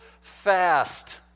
fast